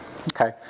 Okay